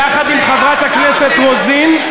יחד עם חברת הכנסת רוזין,